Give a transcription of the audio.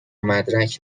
مدرک